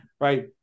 right